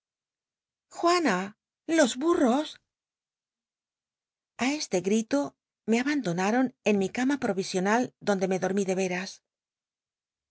juana los burros a este grito me abandonaron en mi cama pro isional donde me dormí de veras